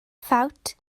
ffawt